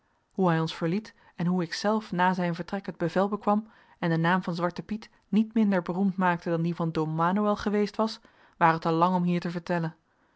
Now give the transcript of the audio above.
hoe hij ons verliet en hoe ikzelf na zijn vertrek het bevel bekwam en den naam van zwarten piet niet minder beroemd maakte dan die van don manoël geweest was ware te lang om hier te vertellen